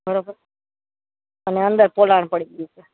બરાબર અને અંદર પોલાણ પડી ગયું છે